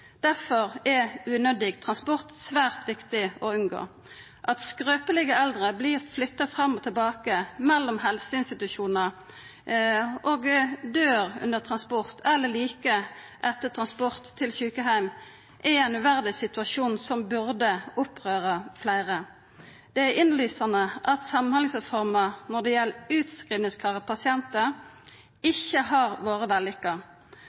Difor er unødig transport svært viktig å unngå. At skrøpelege eldre vert flytta fram og tilbake mellom helseinstitusjonar og døyr under transport eller like etter transport til sjukeheim, er ein uverdig situasjon som burde opprøra fleire. Det er innlysande at Samhandlingsreforma når det gjeld utskrivingsklare pasientar, ikkje har vore vellykka.